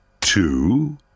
two